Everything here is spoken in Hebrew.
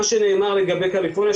מה שנאמר לגבי קליפורניה,